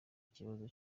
ikibazo